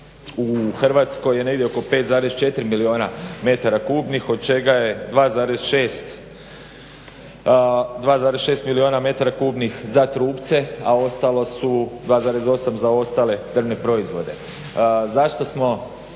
u Hrvatskoj je negdje oko 5,4 milijuna metara kubnih od čega je 2,6 milijuna metara kubnih za trupce, a ostalo su 2,8 za ostale drvne proizvode. Zašto smo